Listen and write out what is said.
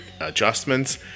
adjustments